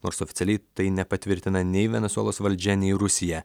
nors oficialiai tai nepatvirtina nei venesuelos valdžia nei rusija